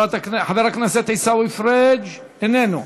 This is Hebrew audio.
חבר הכנסת עיסאווי פריג' איננו,